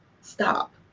stop